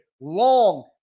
long